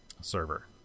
server